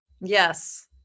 Yes